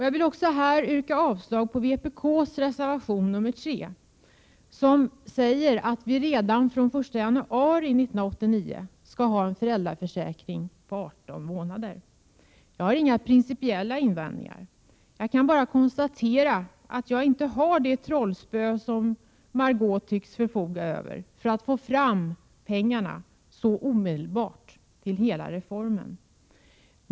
Jag vill här yrka avslag även på vpk:s reservation 3, som säger att vi redan från den 1 januari 1989 skall ha en föräldraförsäkring på 18 månader. Här har jag inga principiella invändningar. Jag bara konstaterar att jag inte har det trollspö Margé Ingvardsson tycks förfoga över för att få fram pengar omedelbart till hela reformen.